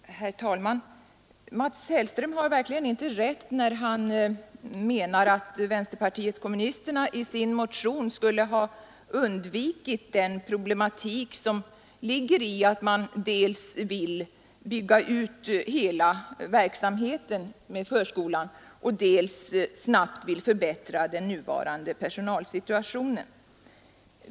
Herr talman! Herr Hellström har verkligen inte rätt när han säger att vpk i sin motion skulle ha undvikit den problematik som ligger i önskemålet att dels bygga ut hela förskoleverksamheten, dels snabbt förbättra den nuvarande personalsituationen.